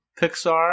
Pixar